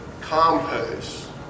compost